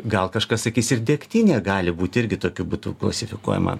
gal kažkas sakys ir degtinė gali būt irgi tokiu būdu klasifikuojama